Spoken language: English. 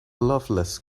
lovelace